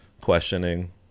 questioning